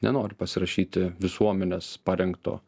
nenori pasirašyti visuomenės parengto